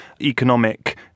economic